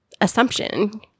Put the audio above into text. assumption